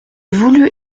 voulus